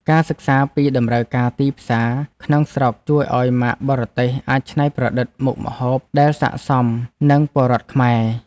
ការសិក្សាពីតម្រូវការទីផ្សារក្នុងស្រុកជួយឱ្យម៉ាកបរទេសអាចច្នៃប្រឌិតមុខម្ហូបដែលស័ក្តិសមនឹងពលរដ្ឋខ្មែរ។